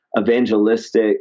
evangelistic